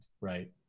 right